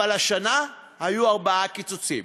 אבל השנה היו ארבעה קיצוצים